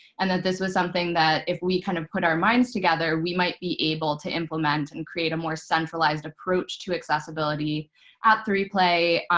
and that this was something that if we kind of put our minds together, we might be able to implement and create a more centralized approach to accessibility at three play.